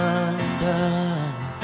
undone